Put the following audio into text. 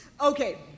Okay